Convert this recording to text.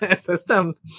systems